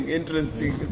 interesting